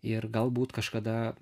ir galbūt kažkada